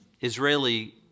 Israeli